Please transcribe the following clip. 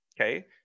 Okay